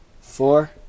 four